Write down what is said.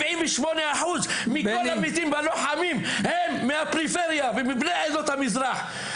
78% מהלוחמים הם מהפריפריה ומבני עדות המזרח,